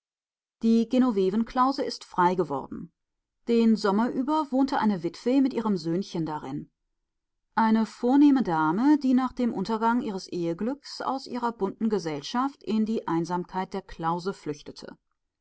die genovevenklause ist frei geworden den sommer über wohnte eine witwe mit ihrem söhnchen darin eine vornehme dame die nach dem untergang ihres eheglücks aus ihrer bunten gesellschaft in die einsamkeit der klause flüchtete